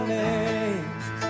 names